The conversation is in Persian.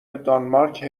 دانمارک